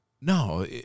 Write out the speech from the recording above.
no